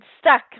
stuck